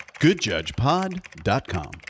goodjudgepod.com